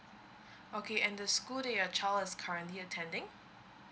okay and the school that your child is currently attending